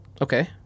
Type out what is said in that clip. Okay